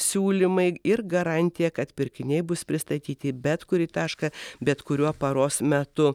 siūlymai ir garantija kad pirkiniai bus pristatyti į bet kurį tašką bet kuriuo paros metu